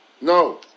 No